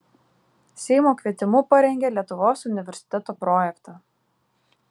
seimo kvietimu parengė lietuvos universiteto projektą